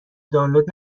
دانلود